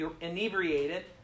inebriated